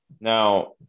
Now